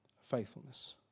Faithfulness